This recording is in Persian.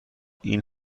این